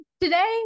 Today